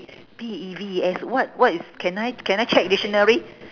P E E V E S what what is can I can I check dictionary